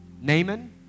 Naaman